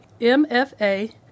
MFA